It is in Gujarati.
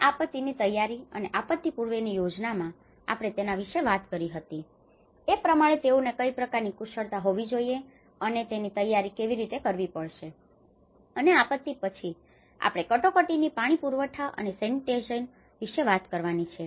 અને આપત્તિની તૈયારી અને આપત્તિપૂર્વેની યોજનામાં આપણે તેના વિશે વાત કરી હતી એ પ્રમાણે તેઓને કઈ પ્રકારની કુશળતા હોવી જોઈએ અને તેની તૈયારી કેવી રીતે કરવી પડશે અને આપત્તિ પછી આપણે કટોકટીની પાણીપુરવઠા અને સેનિટેશન sanitation સફાઈ વિશે વાત કરવાની છે